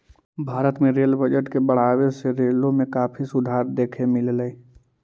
भारत में rail budget के बढ़ावे से रेलों में काफी सुधार देखे मिललई